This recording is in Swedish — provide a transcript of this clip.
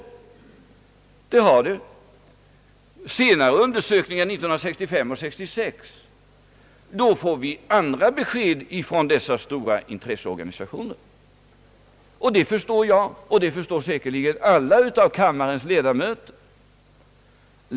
Enligt senare undersökningar, från 1965 och 1966, får vi andra besked från dessa stora intresseorganisationer. Det förstår jag, och det förstår säkerligen alla kammarens ledamöter.